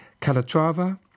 Calatrava